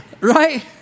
Right